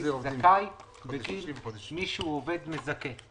מעסיק זכאי בגין מי שהוא עובד מזכה.